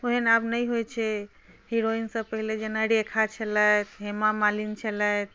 ओहन आब नहि होइ छै हिरोइन सब पहिने जेना रेखा छलथि हेमा मालिनी छलथि